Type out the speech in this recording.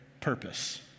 purpose